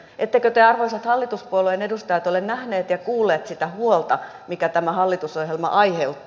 ettekö te arvoisat hallituspuolueen edustajat ole nähneet ja kuulleet sitä huolta minkä tämä hallitusohjelma aiheutti